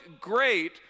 great